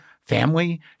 family